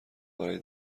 برای